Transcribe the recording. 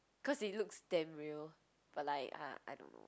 cause it looks damn real but like ah I don't know